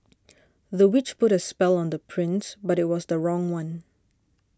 the witch put a spell on the prince but it was the wrong one